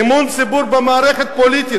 "אמון הציבור במערכת הפוליטית,